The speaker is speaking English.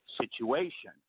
situation